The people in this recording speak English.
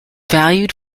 valued